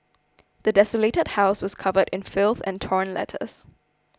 the desolated house was covered in filth and torn letters